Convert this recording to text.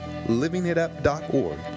livingitup.org